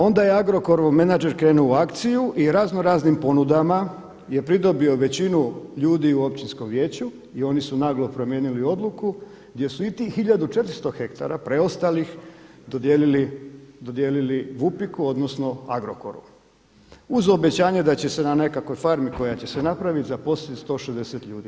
Onda je Agrokorov menadžer krenuo u akciju i raznoraznim ponudama je pridobio većinu ljudi u općinskom vijeću i oni su naglo promijenili odluku gdje su i tih 1400 hektara preostalih dodijelili Vupiku odnosno Agrokoru uz obećanje da će se na nekakvoj farmi koja će se napraviti zaposliti 160 ljudi.